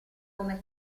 come